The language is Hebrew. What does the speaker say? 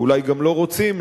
ואולי גם לא רוצים,